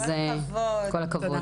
כל הכבוד.